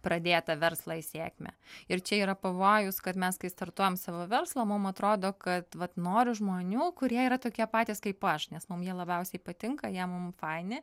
pradėtą verslą į sėkmę ir čia yra pavojus kad mes kai startuojam savo verslą mum atrodo kad vat noriu žmonių kurie yra tokie patys kaip aš nes mum jie labiausiai patinka jie mum faini